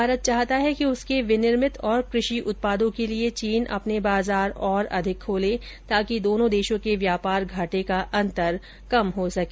भारत चाहता है कि उसके विनिर्मित और कृषि उत्पादों के लिए चीन अपने बाजार और अधिक खोले ताकि दोनों देशों के व्यापार घाटे का अंतर कम हो सके